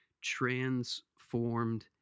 transformed